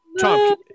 Tom